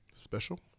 Special